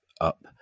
up